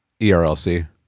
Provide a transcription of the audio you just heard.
erlc